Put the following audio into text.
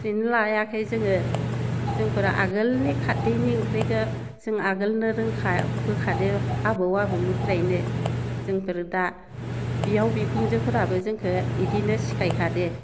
training लायाखै जोङो जोंफोरो आगोलनि खारदैनि ओंख्रिखो जों आगोलनो रोंखाबोखादो आबै आबौनिफ्रायनो जोंफोरो दा बिहाव बिखुनजोफोराबो जोंखो इदिनो सिखायखादो